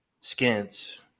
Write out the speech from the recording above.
Skins